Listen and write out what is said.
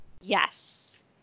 Yes